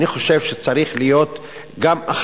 אני חושב שצריכה להיות אחריות